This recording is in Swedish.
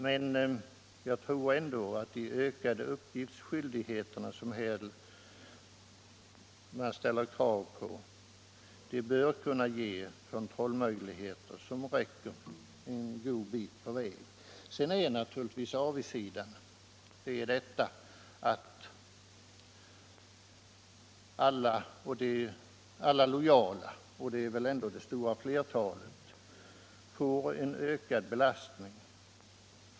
Men de krav man ställer på ökad uppgiftsskyldighet bör kunna ge kontrollmöjligheter som räcker en god bit på väg. Avigsidan med detta är naturligtvis att de lojala — och det är ändå det stora flertalet — får en ökad belastning.